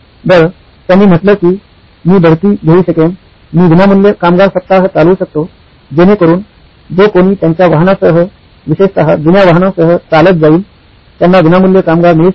बरं त्यांनी म्हटलं की मी बढती घेऊ शकेन मी विनामूल्य कामगार सप्ताह चालवू शकतो जेणेकरून जो कोणी त्यांच्या वाहनासह विशेषतः जुन्या वाहनांसह चालत जाईल त्यांना विनामूल्य कामगार मिळू शकेल